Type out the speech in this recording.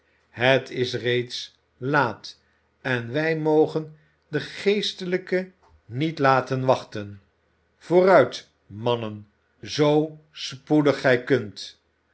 het is reeds laat en wij mogen den geestelijke niet laten wachten vooruit mannen zoo spoedig gij kunt